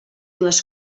les